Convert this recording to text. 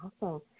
Awesome